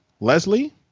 Leslie